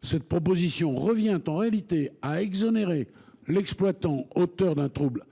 telle disposition revient en réalité à exonérer l’exploitant auteur d’un trouble